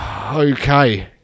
Okay